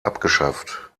abgeschafft